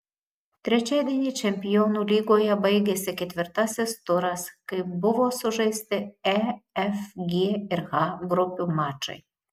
trečiadienį čempionų lygoje baigėsi ketvirtasis turas kai buvo sužaisti e f g ir h grupių mačai